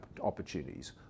opportunities